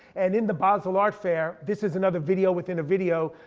and in the basel art fair, this is another video within a video.